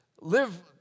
live